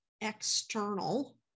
external